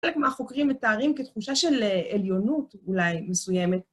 חלק מהחוקרים מתארים כתחושה של עליונות, אולי, מסוימת,